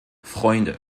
freunde